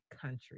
country